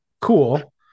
cool